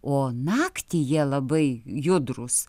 o naktį jie labai judrūs